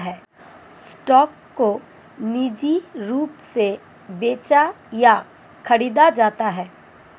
stock को निजी रूप से बेचा या खरीदा जाता है